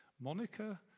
monica